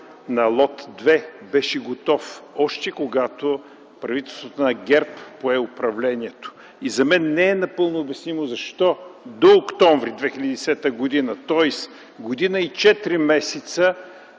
на лот 2 беше готов още, когато правителството на ГЕРБ пое управлението. И за мен не е напълно обяснимо защо до октомври 2010 г., тоест година и четири месеца